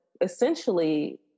essentially